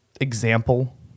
example